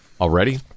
already